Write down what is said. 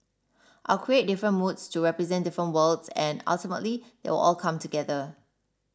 I'll create different moods to represent different worlds and ultimately they will all come together